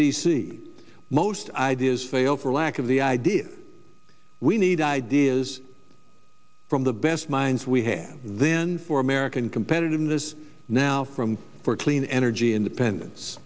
c most ideas fail for lack of the ideas we need ideas from the best minds we have then for american competitiveness now from for clean energy independence